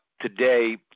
today